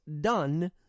done